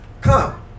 Come